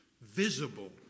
visible